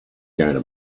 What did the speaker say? gonna